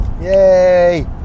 Yay